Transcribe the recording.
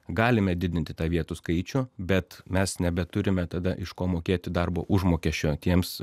galime didinti tą vietų skaičių bet mes nebeturime tada iš ko mokėti darbo darbo užmokesčio tiems